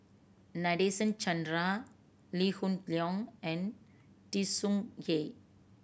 Nadasen Chandra Lee Hoon Leong and Tsung Yeh